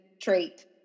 trait